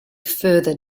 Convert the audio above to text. further